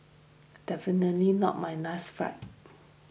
definitely not my last fight